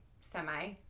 Semi